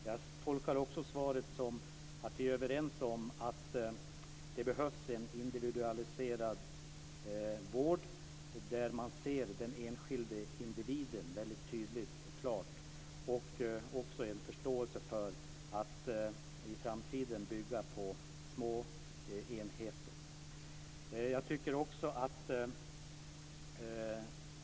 Jag tolkar också svaret som att vi är överens om att det behövs en individualiserad vård där man ser den enskilde individen tydligt och klart och som att det finns en förståelse för att man i framtiden ska bygga små enheter.